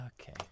Okay